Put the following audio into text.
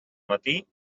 matí